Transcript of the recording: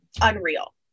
unreal